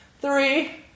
three